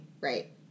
right